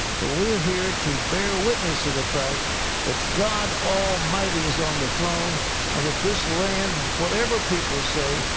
but we're here to bear witness to the fact that god almighty is on the throne and that this land, whatever people say,